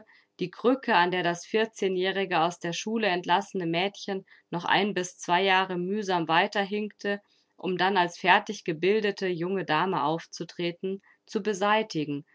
die krücke an der das vierzehnjährige aus der schule entlassene mädchen noch eins bis zwei jahre mühsam weiter hinkte um dann als fertig gebildete junge dame aufzutreten zu beseitigen